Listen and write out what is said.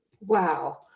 Wow